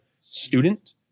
student